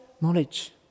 Knowledge